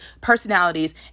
personalities